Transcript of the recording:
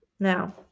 Now